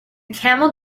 camel